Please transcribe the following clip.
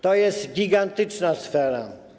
To jest gigantyczna sfera.